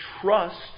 trust